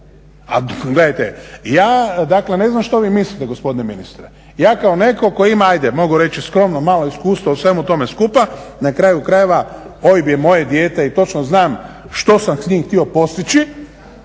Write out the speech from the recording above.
Gledajte, ja dakle ne znam što vi mislite gospodine ministre. Ja kao netko tko ima hajde mogu reći skromno malo iskustva u svemu tome skupa, na kraju krajeva OIB je moje dijete i točno znam što sam s njim htio postići